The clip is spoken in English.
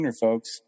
folks